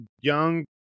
young